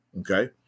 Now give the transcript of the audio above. Okay